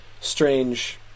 Strange